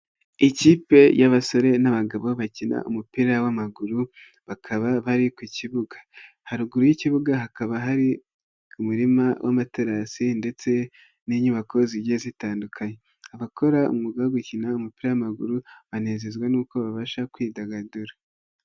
Ikipe y'abasore n'abagabo bakina umupira w'amaguru, bakaba bari ku kibuga. haruguru y'ikibuga hakaba hari umurima w'amaterasi ndetse n'inyubako zigiye zitandukanye, abakora umwuga wo gukina umupira w'amaguru, banezezwa n'uko babasha kwidagadura.